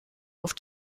auf